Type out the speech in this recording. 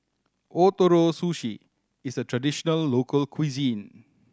Ootoro Sushi is a traditional local cuisine